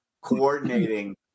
coordinating